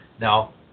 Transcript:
Now